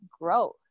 growth